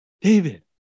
David